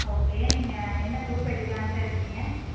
okay நீங்கள் என்ன group எடுக்கலாம்ட்டு இருக்கீங்கள்